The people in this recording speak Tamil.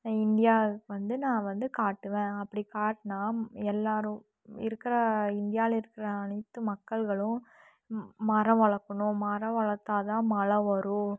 இந்தியாவுக்கு வந்து நான் வந்து காட்டுவேன் அப்படி காட்டினா எல்லோரும் இருக்கிற இந்தியாவில் இருக்கிற அனைத்து மக்கள்களும் மரம் வளர்க்கணும் மரம் வளர்த்தாதான் மழை வரும்